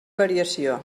variació